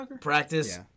Practice